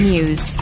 News